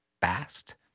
fast